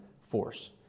force